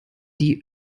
die